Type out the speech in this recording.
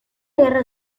guerra